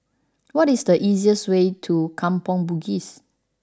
what is the easiest way to Kampong Bugis